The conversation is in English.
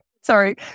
sorry